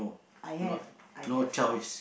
I have I have ah